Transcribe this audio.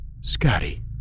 Scotty